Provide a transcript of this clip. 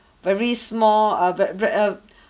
very small err ve~ ve~ ve~ err